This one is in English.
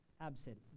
absent